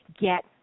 get